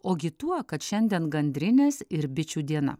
ogi tuo kad šiandien gandrinės ir bičių diena